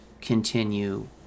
continue